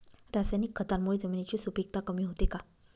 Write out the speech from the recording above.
रासायनिक खतांमुळे जमिनीची सुपिकता कमी होते का?